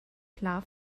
klar